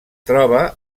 troba